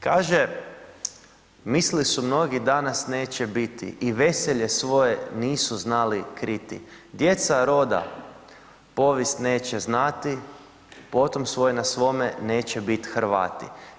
Kaže, mislili su mnogi da nas neće biti i veselje svoje nisu znali kriti, djeca roda povijest neće znati, potom svoj na svome neće biti Hrvati.